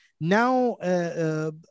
Now